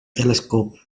telescopes